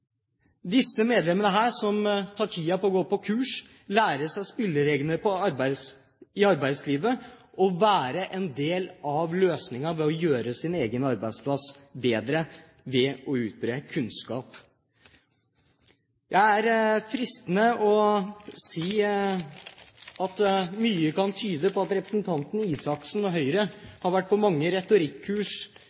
tar seg tid til å gå på kurs, lære seg spillereglene i arbeidslivet og er en del av løsningen for å gjøre sin egen arbeidsplass bedre ved å utbre kunnskap. Det er fristende å si at mye kan tyde på at representanten Røe Isaksen og Høyre har vært på mange retorikkkurs